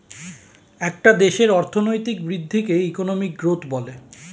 একটা দেশের অর্থনৈতিক বৃদ্ধিকে ইকোনমিক গ্রোথ বলে